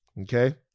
okay